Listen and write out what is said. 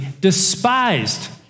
despised